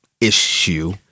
issue